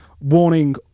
warning